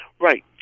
Right